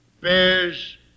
bears